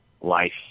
life